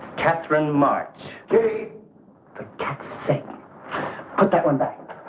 katherine much gary the cats say but that one bad.